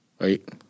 Right